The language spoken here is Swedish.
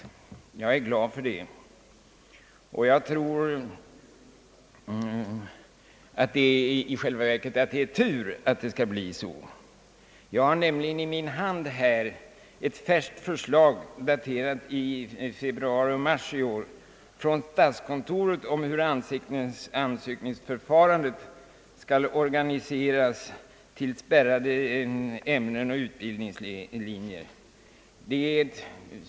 Jag är glad för detta ställningstagande, och jag tror i själva verket att det är tur att det skall bli så. Jag har nämligen i min hand ett färskt förslag — daterat i februari och mars i år — från statskontoret om hur ansökningsförfarandet till spärrade ämnen och utbildningslinjer skall organiseras.